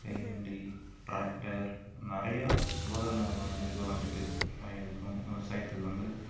கை வண்டி டிராக்டர் நிறையா உபகரணங்கள் வந்து இப்போ வந்துட்டு வயலுக்கும் விவசாயத்துக்கு வந்து